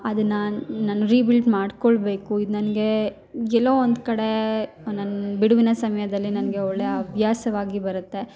ಅದನ್ನ ನಾನು ನಾನು ರೀ ಬಿಲ್ಟ್ ಮಾಡ್ಕೊಳ್ಬೇಕು ಇದು ನನಗೆ ಎಲ್ಲೋ ಒಂದು ಕಡೆ ನನ್ನ ಬಿಡುವಿನ ಸಮಯದಲ್ಲಿ ನನಗೆ ಒಳ್ಳೆಯ ಹವ್ಯಾಸವಾಗಿ ಬರತ್ತೆ